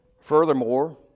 Furthermore